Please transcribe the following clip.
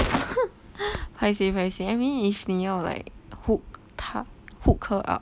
paiseh paiseh I mean if 你要 like hook 他 hook her up